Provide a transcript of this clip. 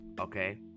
okay